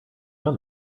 done